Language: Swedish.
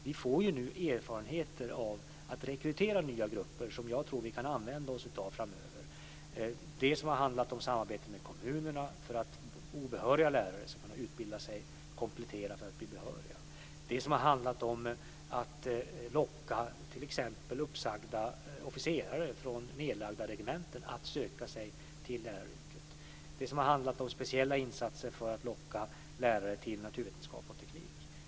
Vi får nu erfarenheter av att rekrytera nya grupper som jag tror att vi kan använda oss av framöver. Det har handlat om samarbete med kommunerna för att obehöriga lärare ska utbilda sig och komplettera för att bli behöriga och att t.ex. locka uppsagda officerare från nedlagda regementen att söka sig till läraryrket. Det har också handlat om speciella insatser för att locka lärare till naturvetenskap och teknik.